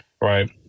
right